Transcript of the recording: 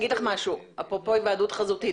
אפרופו היוועדות חזותית.